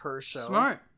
Smart